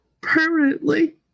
permanently